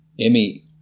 Emmy